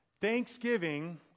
Thanksgiving